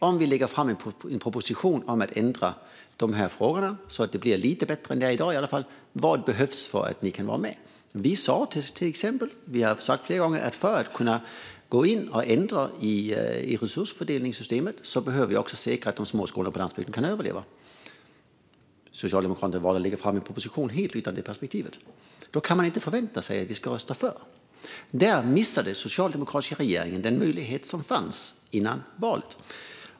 "Om vi lägger fram en proposition om att ändra de här frågorna så att det blir åtminstone lite bättre än det är i dag, vad behövs för att ni ska kunna vara med?" Vi sa till exempel det vi sagt flera gånger - att för att kunna gå in och ändra i resursfördelningssystemet behöver vi säkra att de små skolorna på landsbygden kan överleva. Socialdemokraterna valde att lägga fram en proposition helt utan det perspektivet. Då kan man inte förvänta sig att vi ska rösta för. Där missade den socialdemokratiska regeringen den möjlighet som fanns före valet.